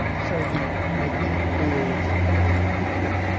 so the magnetic fields fade quickly.